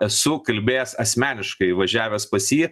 esu kalbėjęs asmeniškai važiavęs pas jį